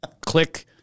click